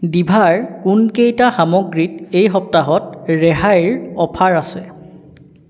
ডিভাৰ কোনকেইটা সামগ্ৰীত এই সপ্তাহত ৰেহাইৰ অফাৰ আছে